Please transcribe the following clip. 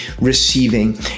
receiving